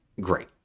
great